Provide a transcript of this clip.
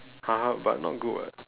!huh! but not good what